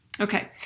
Okay